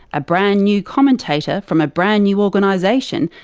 a brand new commentator from a brand new organisation,